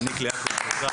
דיברנו על פריפריה